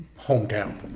hometown